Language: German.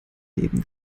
leben